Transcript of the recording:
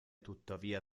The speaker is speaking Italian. tuttavia